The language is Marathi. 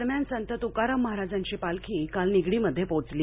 दरम्यान संत त्काराम महाराजांची पालखी काल निगडीमध्ये पोचली